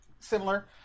similar